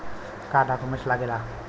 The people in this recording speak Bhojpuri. का डॉक्यूमेंट लागेला?